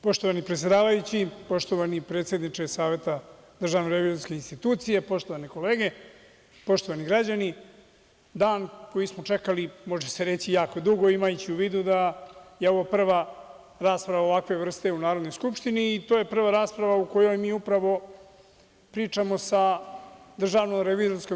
Poštovani predsedavajući, poštovani predsedniče Saveta DRI, poštovane kolege, poštovani građani, dan koji smo čekali, može se reći, jako dugo, imajući u vidu da je ovo prva rasprava ovakve vrste u Narodnoj skupštini, i to je prva rasprava u kojoj mi upravo pričamo sa DRI.